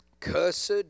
cursed